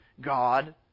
God